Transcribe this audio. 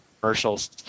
commercials